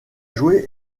joué